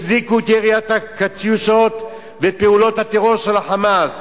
הצדיקו את ירי ה"קטיושות" ופעולות הטרור של ה"חמאס".